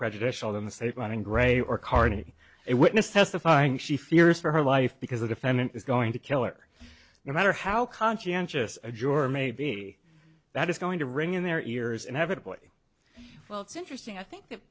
prejudicial than the state running gray or carney it witness testifying she fears for her life because the defendant is going to kill her no matter how conscientious a juror may be that is going to ring in their ears inevitably well it's interesting i think that